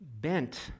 bent